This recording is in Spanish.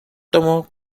tomó